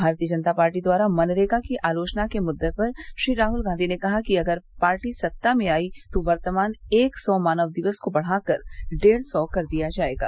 भारतीय जनता पार्टी द्वारा मनरेगा की आलोचना के मुद्दे पर श्री राहुल गांधी ने कहा कि अगर पार्टी सत्ता में आई तो वर्तमान एक सौ मानव दिवस को बढ़ाकर डेढ़ सौ कर दिया जाएगा